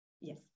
Yes